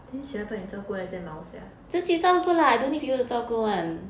then 谁要帮你照顾那些猫 sia